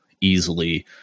easily